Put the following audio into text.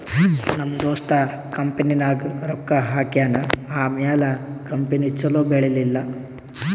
ನಮ್ ದೋಸ್ತ ಕಂಪನಿನಾಗ್ ರೊಕ್ಕಾ ಹಾಕ್ಯಾನ್ ಆಮ್ಯಾಲ ಕಂಪನಿ ಛಲೋ ಬೆಳೀಲಿಲ್ಲ